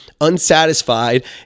unsatisfied